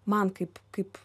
man kaip kaip